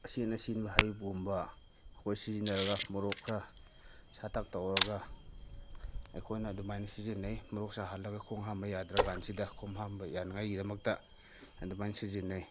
ꯑꯁꯤꯅꯆꯤꯡꯕ ꯍꯩꯒꯨꯝꯕ ꯑꯩꯈꯣꯏ ꯁꯤꯖꯤꯟꯅꯔꯒ ꯃꯣꯔꯣꯛ ꯈꯔ ꯁꯥꯇꯛ ꯇꯧꯔꯒ ꯑꯩꯈꯣꯏꯅ ꯑꯗꯨꯃꯥꯏꯅ ꯁꯤꯖꯤꯟꯅꯩ ꯃꯣꯔꯣꯛ ꯁꯥꯍꯜꯂꯒ ꯈꯣꯡ ꯍꯥꯝꯕ ꯌꯥꯗ꯭ꯔꯀꯥꯟꯁꯤꯗ ꯈꯣꯡ ꯍꯥꯝꯕ ꯌꯥꯅꯉꯥꯏꯒꯤꯗꯃꯛꯇ ꯑꯗꯨꯃꯥꯏꯅ ꯁꯤꯖꯤꯟꯅꯩ